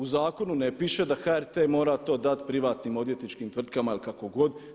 U zakonu ne piše da HRT mora to dati privatnim odvjetničkim tvrtkama ili kako god.